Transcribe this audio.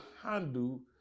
handle